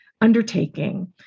undertaking